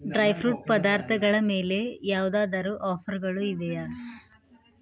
dry fruit ಪದಾರ್ಥಗಳ ಮೇಲೆ ಯಾವುದಾದರೂ ಆಫರ್ಗಳು ಇವೆಯೇ